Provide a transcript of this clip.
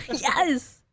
Yes